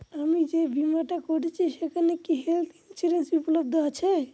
আমি যে বীমাটা করছি সেইখানে কি হেল্থ ইন্সুরেন্স উপলব্ধ আছে?